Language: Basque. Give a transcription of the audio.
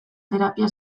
terapia